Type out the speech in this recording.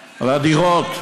הדירות,